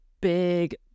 big